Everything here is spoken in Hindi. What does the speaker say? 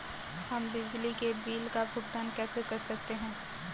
हम बिजली के बिल का भुगतान कैसे कर सकते हैं?